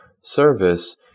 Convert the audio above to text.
service